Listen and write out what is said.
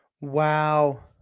Wow